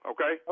Okay